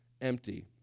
empty